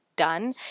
Done